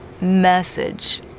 message